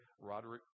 Roderick